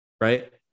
Right